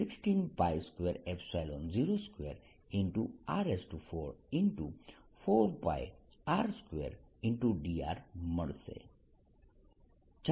4πr2dr મળશે